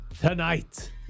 tonight